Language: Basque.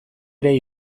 ere